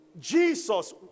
Jesus